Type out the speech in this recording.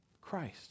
Christ